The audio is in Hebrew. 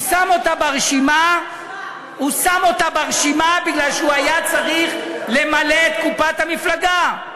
הוא שם אותה ברשימה מפני שהוא היה צריך למלא את קופת המפלגה.